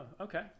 okay